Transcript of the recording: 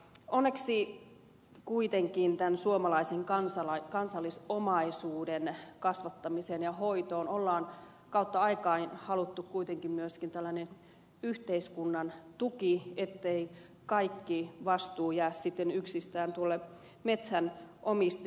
onneksi kuitenkin tämän suomalaisen kansallisomaisuuden kasvattamiseen ja hoitoon on kautta aikain haluttu kuitenkin myöskin tällainen yhteiskunnan tuki ettei kaikki vastuu jää sitten yksistään tuolle metsänomistajalle